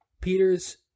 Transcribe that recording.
Peter's